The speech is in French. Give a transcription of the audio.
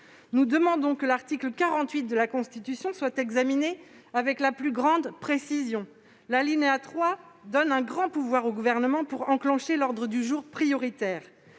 Nous demandons que l'article 48 de la Constitution soit examiné avec la plus grande précision. Son alinéa 3 donne un grand pouvoir au Gouvernement pour enclencher l'ordre du jour prioritaire,